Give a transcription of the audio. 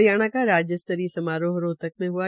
हरियाणा का राज्यस्तरीय समारोह रोहतक में हआ